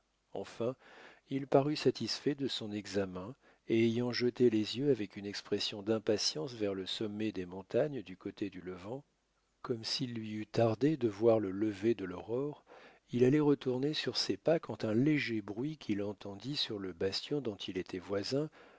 enfin il parut satisfait de son examen et ayant jeté les yeux avec une expression d'impatience vers le sommet des montagnes du côté du levant comme s'il lui eût tardé de voir le lever de l'aurore il allait retourner sur ses pas quand un léger bruit qu'il entendit sur le bastion dont il était voisin